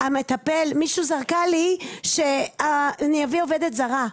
מישהי זרקה לי שאני אביא עובדת זרה.